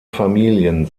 familien